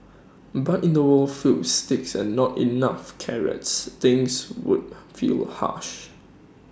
but in the world filled sticks and not enough carrots things would feel harsh